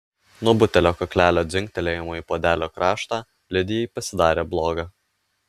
nuo butelio kaklelio dzingtelėjimo į puodelio kraštą lidijai pasidarė bloga